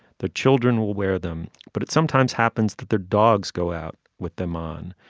the children will wear them but it sometimes happens that their dogs go out with them on.